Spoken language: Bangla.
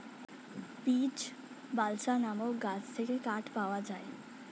বীচ, বালসা নামক গাছ থেকে কাঠ পাওয়া যায়